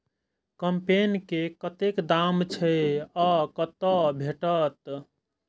कम्पेन के कतेक दाम छै आ कतय भेटत?